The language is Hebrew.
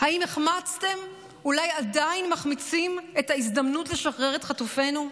האם החמצתם ואולי עדיין מחמיצים את ההזדמנות לשחרר את חטופינו?